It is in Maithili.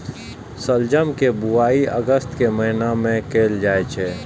शलजम के बुआइ अगस्त के महीना मे कैल जाइ छै